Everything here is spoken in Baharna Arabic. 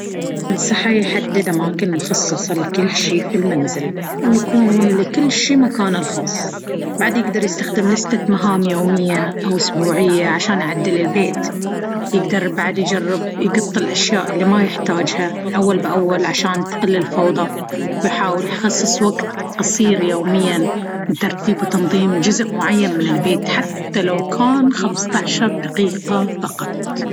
أنصحه يحدد أماكن مخصصة لكل شيء في المنزل، ويكون لكل شي مكانه الخاص. بعد، يقدر يستخدم لستة مهام يومية أو أسبوعية عشان يعدل البيت. يقدر بعد يجرب يقط الأشياء اللي ما يحتاجها أول بأول عشان تقل الفوضى. ويحاول يخصص وقت قصير يوميًا لترتيب وتنظيم جزء معين من البيت، حتى لو كان خمسة عشر دقيقة فقط.